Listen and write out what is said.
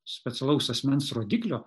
specialaus asmens rodiklio